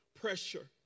pressure